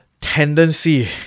tendency